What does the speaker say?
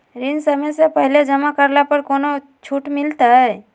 ऋण समय से पहले जमा करला पर कौनो छुट मिलतैय?